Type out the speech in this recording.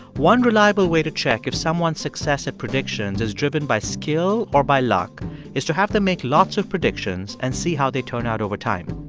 one reliable way to check if someone's success at predictions is driven by skill or by luck is to have them make lots of predictions and see how they turn out over time.